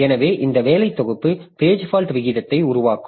எனவே இந்த வேலை தொகுப்பு பேஜ் ஃபால்ட் விகிதத்தை உருவாக்கும்